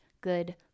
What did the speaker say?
good